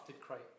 Crate